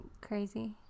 crazy